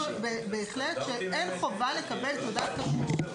אנחנו הבנו בהחלט שאין חובה לקבל תעודת כשרות.